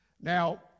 Now